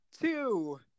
two